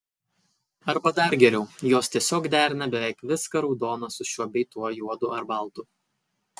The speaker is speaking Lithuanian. arba dar geriau jos tiesiog derina beveik viską raudoną su šiuo bei tuo juodu ar baltu